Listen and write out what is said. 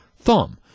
thumb